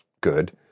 good